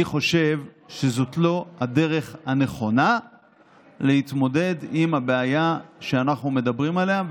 אני חושב שזאת לא הדרך הנכונה להתמודד עם הבעיה שאנחנו מדברים עליה.